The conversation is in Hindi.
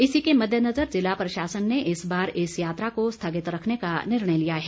इसी के चलते जिला प्रशासन ने इस बार इस यात्रा को स्थगित रखने का निर्णय लिया है